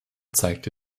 zeigte